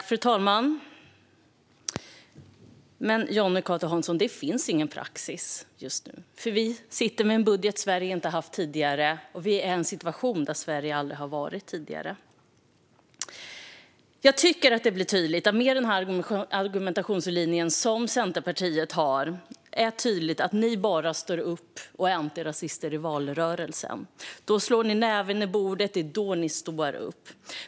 Fru talman! Det finns ingen praxis just nu, Jonny Cato Hansson. Vi sitter med en budget Sverige inte har haft tidigare, och vi är i en situation där Sverige aldrig har varit tidigare. Med den argumentationslinje som Centerpartiet har tycker jag att det blir tydligt att ni bara står upp och är antirasister i valrörelsen. Då slår ni näven i bordet; det är då ni står upp.